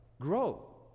Grow